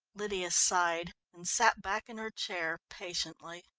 lydia sighed and sat back in her chair patiently.